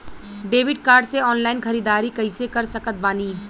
Debit card से online ख़रीदारी कैसे कर सकत बानी?